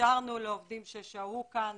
אפשרנו לעובדים ששהו כאן